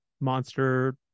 monster